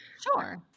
Sure